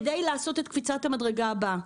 כדי לעשות את קפיצת המדרגה הבאה,